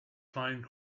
find